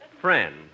Friend